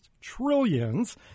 Trillions